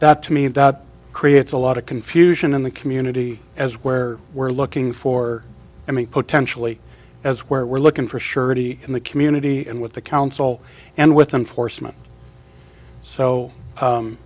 that to me that creates a lot of confusion in the community as where we're looking for i mean potentially as where we're looking for surety in the community and with the council and with enfor